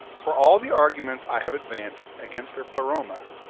for all the arguments i have advanced against their pleroma,